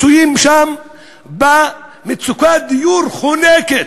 מצויים שם במצוקת דיור חונקת,